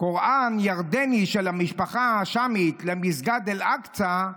קוראן ירדני של המשפחה ההאשמית למסגד אל-אקצא,